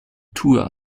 tour